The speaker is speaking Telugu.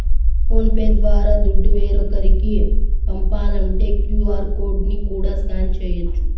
ఫోన్ పే ద్వారా దుడ్డు వేరోకరికి పంపాలంటే క్యూ.ఆర్ కోడ్ ని కూడా స్కాన్ చేయచ్చు